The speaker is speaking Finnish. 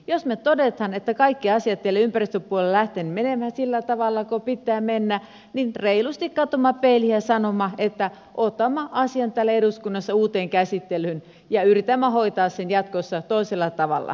jos me toteamme että kaikki asiat eivät ole ympäristöpuolella lähteneet menemään sillä tavalla kuin pitää mennä niin reilusti katsomaan peiliin ja sanomaan että otamme asian täällä eduskunnassa uuteen käsittelyyn ja yritämme hoitaa sen jatkossa toisella tavalla vähän paremmin